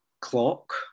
clock